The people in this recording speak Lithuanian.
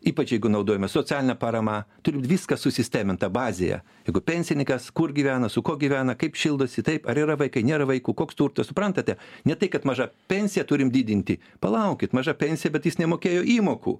ypač jeigu naudojame socialinę paramą turi būt viskas susisteminta bazėje jeigu pensininkas kur gyvena su kuo gyvena kaip šildosi taip ar yra vaikai nėra vaikų koks turtas suprantate ne tai kad mažą pensiją turim didinti palaukit maža pensija bet jis nemokėjo įmokų